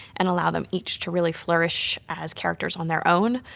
and allow them each to really flourish as characters on their own,